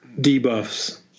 debuffs